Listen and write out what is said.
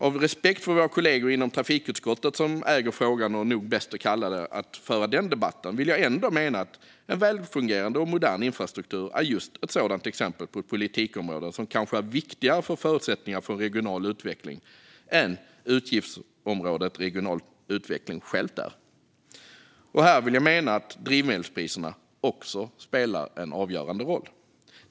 Med respekt för våra kollegor inom trafikutskottet, som äger frågan och som nog är bäst lämpade att föra den debatten, vill jag mena att en välfungerande och modern infrastruktur är ett exempel på ett politikområde som kanske är viktigare för förutsättningarna för regional utveckling än vad utgiftsområdet Regional utveckling självt är. Här vill jag mena att drivmedelspriserna också spelar en avgörande roll.